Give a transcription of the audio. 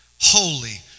holy